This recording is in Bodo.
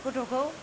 गथ'खौ